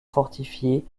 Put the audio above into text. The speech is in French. fortifié